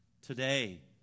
Today